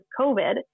COVID